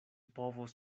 povos